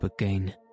again